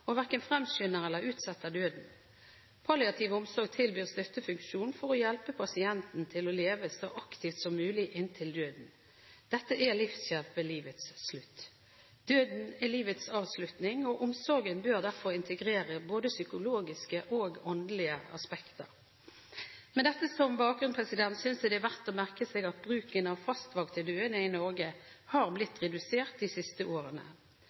og verken fremskynder eller utsetter døden. Palliativ omsorg tilbyr støttefunksjon for å hjelpe pasienten til å leve så aktivt som mulig inntil døden. Dette er livshjelp ved livets slutt. Døden er livets avslutning, og omsorgen bør derfor integrere både psykologiske og åndelige aspekter. Med dette som bakgrunn synes jeg det er verdt å merke seg at bruken av fastvakt til døende i Norge har blitt redusert de siste årene.